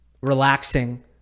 Relaxing